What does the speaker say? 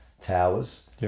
towers